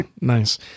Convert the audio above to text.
nice